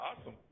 Awesome